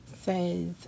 says